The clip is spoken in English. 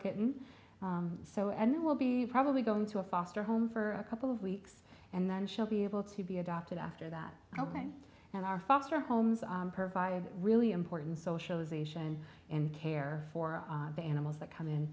kitten so and they will be probably going to a foster home for a couple of weeks and then she'll be able to be adopted after that and our foster homes are perfect really important socialization and care for the animals that come in